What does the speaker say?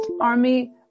army